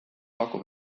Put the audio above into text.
pakub